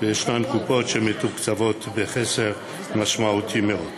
וישנן קופות שמתוקצבות בחסר משמעותי מאוד.